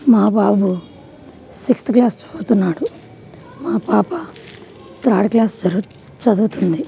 మా బాబు sixth class చదువుతున్నాడు మా పాప థర్డ్ క్లాస్ చదువు చదువుతుంది